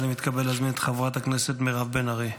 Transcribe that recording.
אני מתכבד להזמין את חברת הכנסת מירב בן ארי.